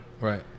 right